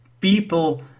people